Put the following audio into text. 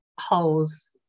holes